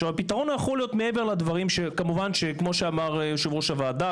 הפתרון יכול להיות כפי שאמר יושב-ראש הוועדה,